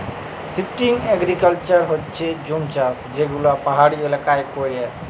shifting agriculture হচ্যে জুম চাষ যে গুলা পাহাড়ি এলাকায় ক্যরে